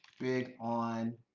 big on